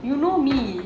you know me